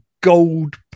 gold